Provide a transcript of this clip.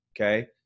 Okay